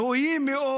ראויים מאוד.